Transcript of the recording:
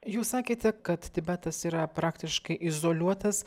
jūs sakėte kad tibetas yra praktiškai izoliuotas